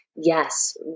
yes